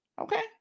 okay